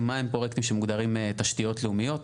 מה הם פרויקטים שמוגדרים תשתיות לאומיות.